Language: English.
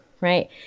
right